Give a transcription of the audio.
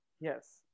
Yes